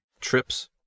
trips